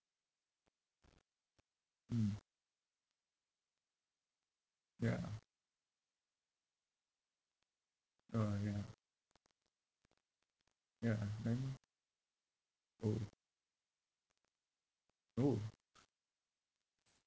mm ya orh ya ya then orh orh